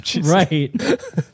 Right